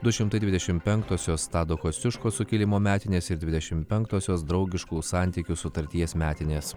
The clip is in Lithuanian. du šimtai dvidešimt penktosios tado kosciuškos sukilimo metinės ir dvidešimt penktosios draugiškų santykių sutarties metinės